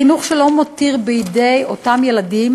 זה חינוך שלא מותיר בידי אותם ילדים